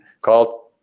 called